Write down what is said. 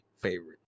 favorite